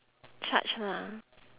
charge lah